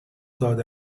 داده